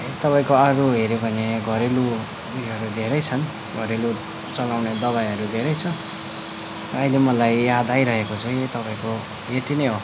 तपाईँको अरू हेर्यो भने घरेलु ऊ योहरू धेरै छन् घरेलु चलाउने दबाईहरू धेरै छ अहिले मलाई याद आइरहेको चाहिँ तपाईँको यति नै हो